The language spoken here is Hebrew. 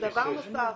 דבר נוסף